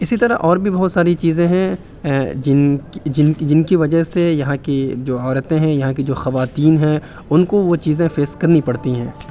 اِسی طرح اور بھی بہت ساری چیزیں ہیں جن جن کی وجہ سے یہاں کی جو عورتیں ہیں یہاں کی جو خواتین ہیں اُن کو وہ چیزیں فیس کرنی پڑتی ہیں